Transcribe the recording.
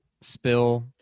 spill